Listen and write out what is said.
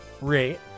rate